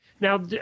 Now